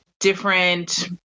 different